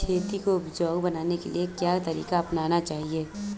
खेती को उपजाऊ बनाने के लिए क्या तरीका अपनाना चाहिए?